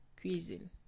Cuisine